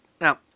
Now